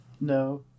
No